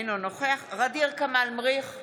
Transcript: אינו נוכח ע'דיר כמאל מריח,